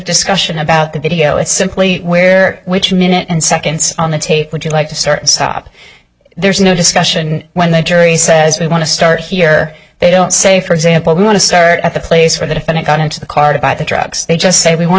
discussion about the video it's simply where which minute and seconds on the tape would you like to start and stop there's no discussion when the jury says we want to start here they don't say for example we want to start at the place where the defendant got into the car to buy the drugs they just say we want